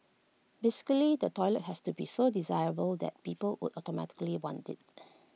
basically the toilet has to be so desirable that people would automatically want IT